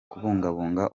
kubungabunga